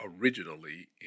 originally